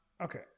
Okay